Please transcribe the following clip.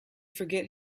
forget